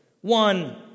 one